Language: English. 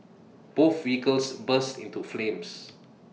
both vehicles burst into flames